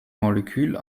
molekül